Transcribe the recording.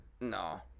No